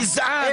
גזען.